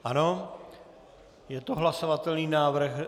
Ano, je to hlasovatelný návrh.